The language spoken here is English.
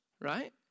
Right